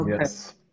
Yes